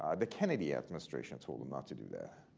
the kennedy administration told him not to do that.